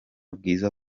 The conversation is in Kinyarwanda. bwiza